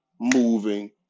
moving